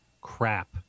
crap